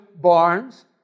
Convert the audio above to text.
barns